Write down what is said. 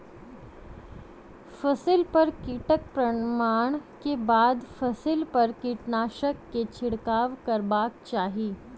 फसिल पर कीटक प्रमाण के बाद फसिल पर कीटनाशक के छिड़काव करबाक चाही